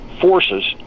forces